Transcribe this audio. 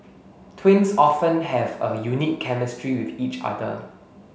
twins often have a unique chemistry with each other